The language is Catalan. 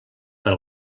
per